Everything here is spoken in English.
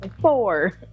Four